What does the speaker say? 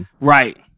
right